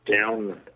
down